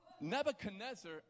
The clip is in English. Nebuchadnezzar